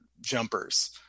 jumpers